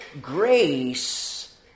grace